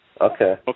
Okay